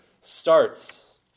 starts